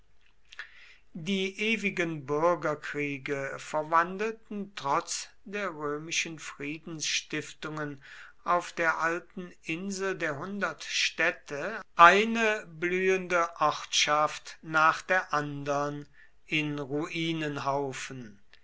die ewigen bürgerkriege verwandelten trotz der römischen friedensstiftungen auf der alten insel der hundert städte eine blühende ortschaft nach der andern in